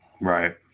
Right